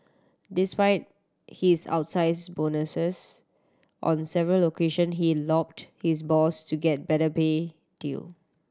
despite his outsize bonuses on several occasion he lobbied his boss to get better pay deal